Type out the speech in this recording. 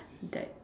died